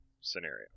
scenario